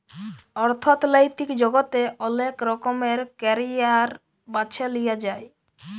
অথ্থলৈতিক জগতে অলেক রকমের ক্যারিয়ার বাছে লিঁয়া যায়